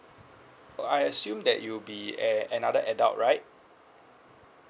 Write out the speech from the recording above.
oh I assume that it'll be a~ another adult right